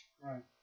Right